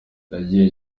nagiye